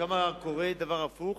שם קורה דבר הפוך,